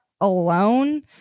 alone